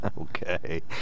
Okay